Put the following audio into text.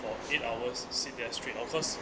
for eight hours sit there straight of course